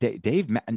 Dave